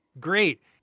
Great